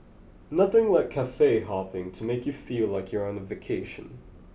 nothing like Cafe Hopping to make you feel like you're on a vacation